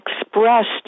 expressed